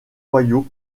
royaux